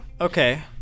Okay